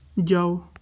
ਜਾਓ